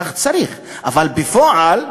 כך צריך, אבל בפועל,